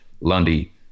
Lundy